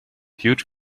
huge